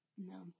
No